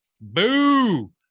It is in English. boo